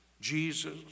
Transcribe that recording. Jesus